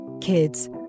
Kids